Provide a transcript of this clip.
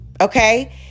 Okay